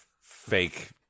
fake